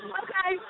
okay